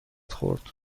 خورد